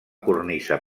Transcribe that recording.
cornisa